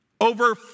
over